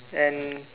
and